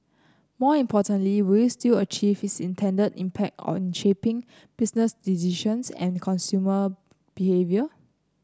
more importantly will it still achieve its intended impact on shaping business decisions and consumer behaviour